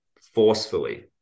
forcefully